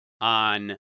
on